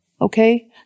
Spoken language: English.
Okay